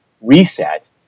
reset